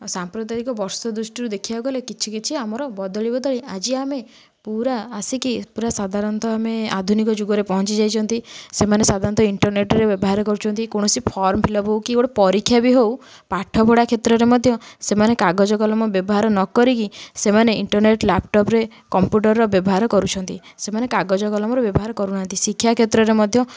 ସାମ୍ପ୍ରଦାୟିକ ବର୍ଷ ଦୃଷ୍ଟିରୁ ଦେଖିବାକୁ ଗଲେ କିଛି କିଛି ଆମର ବଦଳି ବଦଳି ଆଜି ଆମେ ପୁରା ଆସିକି ପୁରା ସାଧାରଣତଃ ଆମେ ଆଧୁନିକ ଯୁଗରେ ପହଞ୍ଚିଯାଇଛନ୍ତି ସେମାନେ ସାଧାରଣତଃ ଇଣ୍ଟରନେଟ୍ରେ ବ୍ୟବହାର କରୁଛନ୍ତି କୌଣସି ଫର୍ମ୍ ଫିଲ୍ ଅପ୍ ହେଉ କି ଗୋଟେ ପରୀକ୍ଷା ବି ହଉ ପାଠପଢ଼ା କ୍ଷେତ୍ରରେ ମଧ୍ୟ ସେମାନେ କାଗଜ କଲମ ବ୍ୟବହାର ନ କରିକି ସେମାନେ ଇଣ୍ଟରନେଟ୍ ଲାପଟପ୍ରେ କମ୍ପ୍ୟୁଟରର ବ୍ୟବହାର କରୁଛନ୍ତି ସେମାନେ କାଗଜ କଲମର ବ୍ୟବହାର କରୁନାହାଁନ୍ତି ଶିକ୍ଷା କ୍ଷେତ୍ରରେ ମଧ୍ୟ